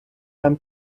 там